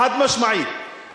חבר הכנסת